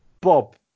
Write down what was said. Bob